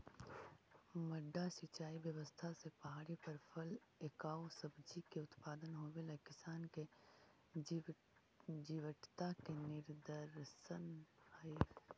मड्डा सिंचाई व्यवस्था से पहाड़ी पर फल एआउ सब्जि के उत्पादन होवेला किसान के जीवटता के निदर्शन हइ